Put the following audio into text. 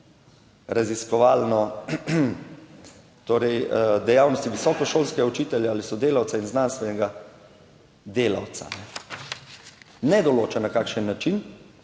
Raziskovalno, torej dejavnosti visokošolskega učitelja ali sodelavca in znanstvenega delavca. Ne določa, na kakšen način.